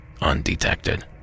undetected